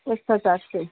extra charge चाहिँ